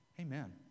Amen